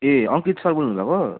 ए Ankit sir बोल्नु भएको